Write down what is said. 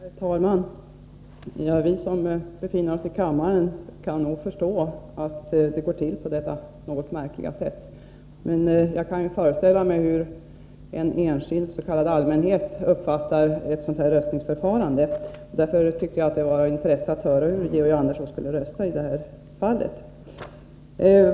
Herr talman! Vi som befinner oss i kammaren kan nog förstå att det går till på detta något märkliga sätt. Men jag kan föreställa mig hur enskilda människor, dens.k. allmänheten, uppfattar ett sådant här röstningsförfarande. Därför tyckte jag det var av intresse att få veta hur Georg Andersson skulle rösta i detta fall.